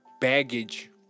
baggage